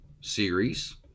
series